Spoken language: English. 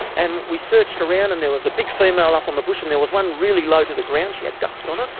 and we searched around and there was a big female up on the bush and there was one really low to the ground, she had dust on her,